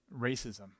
racism